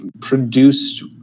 produced